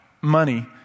money